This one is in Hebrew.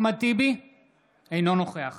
אינו נוכח